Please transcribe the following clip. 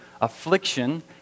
affliction